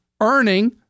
earning